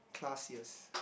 classiest